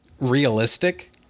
realistic